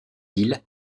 îles